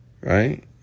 Right